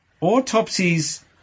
autopsies